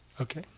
Okay